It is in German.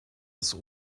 des